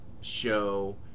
show